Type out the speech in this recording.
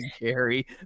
Gary